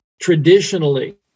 traditionally